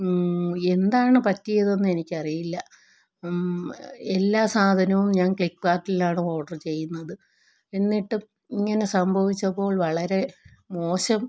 എന്താണ് പറ്റിയതെന്ന് എനിക്ക് അറിയില്ല എല്ലാ സാധനവും ഞാ ഫ്ലിപ്പ് കാർട്ടിലാണ് ഓഡറ് ചെയ്യുന്നത് എന്നിട്ടും ഇങ്ങനെ സംഭവിച്ചപ്പോൾ വളരെ മോശം